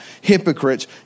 hypocrites